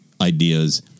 ideas